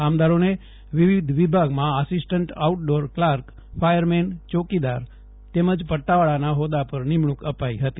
કામદારોને વિવિધ વિભાગમાં assistant outdoor clerk fire ચોકીદાર તેમજ પદ્દાવાળાના હોદા પર નિમંણુંક અપાઈ હતી